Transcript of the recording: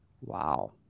Wow